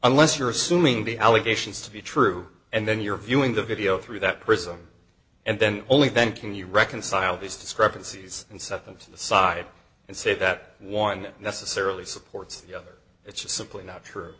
unless you're assuming the allegations to be true and then you're viewing the video through that prism and then only then can you reconcile these discrepancies and set them to the side and say that one necessarily supports the other it's just simply not true